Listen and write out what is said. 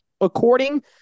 According